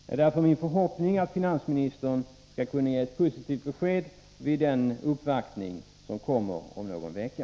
Det är därför min förhoppning att finansministern skall kunna ge ett positivt besked vid den uppvaktning som kommer att äga rum om någon vecka.